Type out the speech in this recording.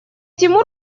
тимур